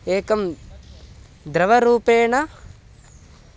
एकं द्रवरूपेण